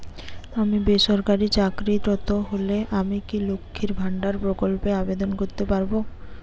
আমি বেসরকারি চাকরিরত হলে আমি কি লক্ষীর ভান্ডার প্রকল্পে আবেদন করতে পারব?